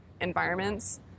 environments